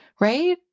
right